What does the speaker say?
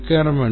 Req